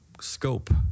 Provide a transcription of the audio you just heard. scope